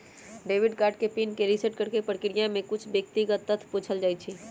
debit card के pin के reset करेके प्रक्रिया में कुछ व्यक्तिगत तथ्य पूछल जाइ छइ